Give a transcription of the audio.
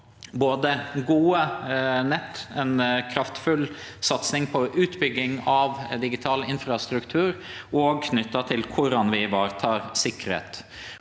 både gode nett og ei kraftfull satsing på utbygging av digital infrastruktur, òg knytt til korleis vi varetek sikkerheit.